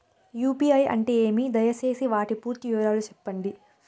UPI అంటే ఏమి? దయసేసి వాటి పూర్తి వివరాలు సెప్పండి?